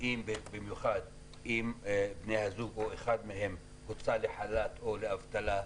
ובמיוחד אם בני הזוג או אחד מהם הוצא לחל"ת או לאבטלה,